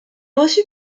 reçu